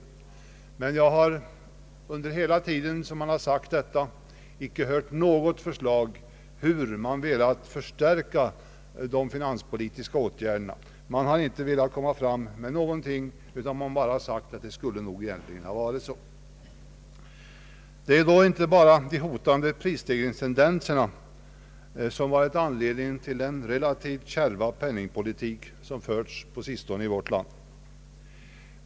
Men under hela tiden som man sagt detta har jag inte hört något förslag om hur man vill förstärka de finanspolitiska åtgärderna. Man har inte velat komma med någonting utan bara sagt att det nog egentligen skulle ha varit så. Det är inte bara de hotande prisstegringstendenserna som varit anledningen till den relativt kärva penningpolitik som förts på sistone i vårt land.